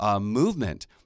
movement